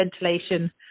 ventilation